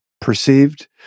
perceived